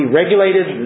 regulated